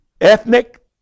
ethnic